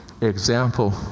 example